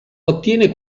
ottiene